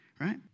right